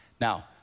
Now